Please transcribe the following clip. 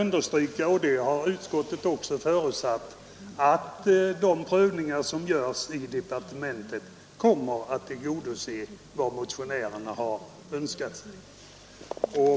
Jag vill gärna, liksom även utskottet gjort, understryka, att de prövningar som görs inom departementet kommer att tillgodose vad motionärerna Önskat.